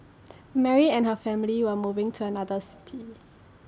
Mary and her family were moving to another city